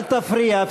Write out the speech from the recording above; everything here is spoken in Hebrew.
אל תפריע.